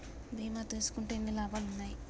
బీమా తీసుకుంటే ఎన్ని లాభాలు ఉన్నాయి?